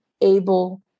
able